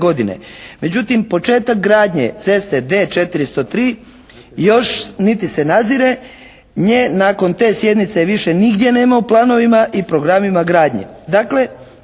Međutim, početak gradnje ceste D403 još niti se nazire, nje nakon te sjednice više nigdje nema u planovima i programima gradnje.